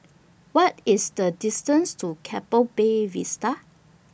What IS The distance to Keppel Bay Vista